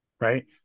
right